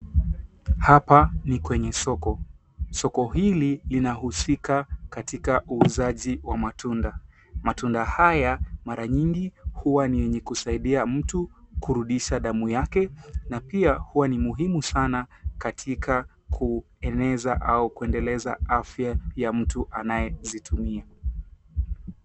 Hapa ni kwenye soko. Soko hili linahusika katika uuzaji wa matunda. Matunda haya mara nyingi huwa ni yenye kusaidia mtu kurudisha damu yake na pia huwa muhimu sana Katika kueneza au kuendeleza afya ya mtu anayezitumia.